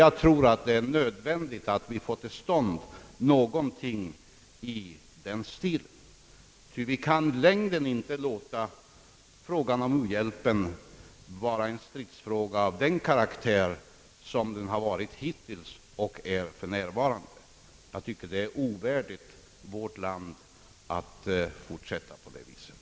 Jag tror att det är nödvändigt att få till stånd en planläggning i den stilen, ty vi kan inte i längden låta frågan om u-hjälpen vara en stridsfråga av den karaktär som den hittills har haft och för närvarande har. Jag tycker att det är ovärdigt vårt land att fortsätta på det viset.